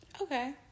Okay